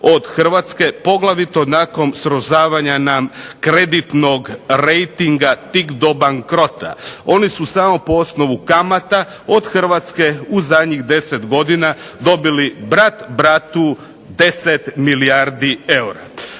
od Hrvatske, poglavito nakon srozavanja nam kreditnog rejtinga tik do bankrota. Oni su samo po osnovu kamata od Hrvatske u zadnjih 10 godina dobili brat bratu 10 milijardi eura.